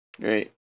Great